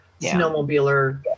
snowmobiler